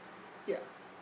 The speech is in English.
ya